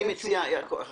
אני רק מציג דוגמאות.